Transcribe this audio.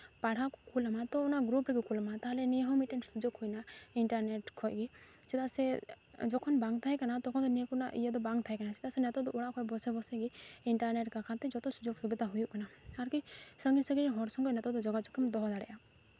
ᱯᱟᱲᱦᱟᱣ ᱠᱚ ᱠᱩᱞ ᱟᱢᱟ ᱛᱳ ᱚᱱᱟ ᱜᱨᱩᱯ ᱨᱮᱜᱮ ᱠᱚ ᱠᱩᱞᱟᱢᱟ ᱛᱟᱦᱚᱞᱮ ᱱᱤᱭᱟᱹ ᱦᱚᱸ ᱢᱤᱫᱴᱮᱱ ᱥᱩᱡᱳᱜᱽ ᱦᱩᱭ ᱮᱱᱟ ᱤᱱᱴᱟᱨᱱᱮᱹᱴ ᱠᱷᱚᱱ ᱜᱮ ᱪᱮᱫᱟᱜ ᱥᱮ ᱡᱚᱠᱷᱚᱱ ᱵᱟᱝ ᱛᱟᱦᱮᱸ ᱠᱟᱱᱟ ᱛᱚᱠᱷᱚᱱ ᱫᱚ ᱱᱤᱭᱟᱹ ᱠᱚᱨᱮᱱᱟᱜ ᱤᱭᱟᱹ ᱫᱚ ᱵᱟᱝ ᱛᱟᱦᱮᱸ ᱠᱟᱱᱟ ᱪᱮᱫᱟᱜ ᱥᱮ ᱱᱤᱛᱚᱜ ᱫᱚ ᱚᱲᱟᱜ ᱠᱷᱚᱱ ᱵᱚᱥᱮ ᱵᱚᱥᱮ ᱜᱮ ᱤᱱᱴᱟᱨᱱᱮᱹᱴ ᱠᱟᱨᱚᱱᱟᱛᱮ ᱡᱚᱛᱚ ᱥᱩᱡᱳᱜᱽ ᱥᱩᱵᱤᱫᱷᱟ ᱦᱩᱭᱩᱜ ᱠᱟᱱᱟ ᱟᱨᱠᱤ ᱥᱟᱺᱜᱤᱧ ᱥᱟᱺᱜᱤᱧ ᱨᱮᱱ ᱦᱚᱲ ᱥᱚᱸᱜᱮ ᱱᱤᱛᱚᱜ ᱫᱚ ᱡᱳᱜᱟᱡᱚᱜᱽ ᱮᱢ ᱫᱚᱦᱚ ᱫᱟᱲᱮᱭᱟᱜᱼᱟ